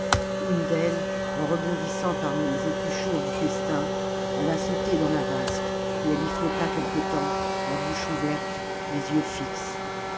une d'elles en rebondissant parmi les épluchures du festin alla sauter dans la vasque et elle y fîotta quelque temps la bouche ouverte les yeux fixes